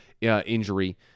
injury